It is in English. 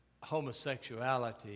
homosexuality